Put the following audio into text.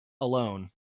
alone